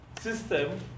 system